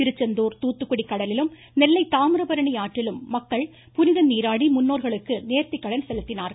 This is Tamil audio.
திருச்செந்தூர் தாத்துக்குடி கடலிலும் நெல்லை தாமிரபரணி ஆற்றிலும் மக்கள் புனித நீராடி முன்னோர்களுக்கு நோத்திக்கடன் செலுத்தினர்